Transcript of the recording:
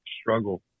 struggle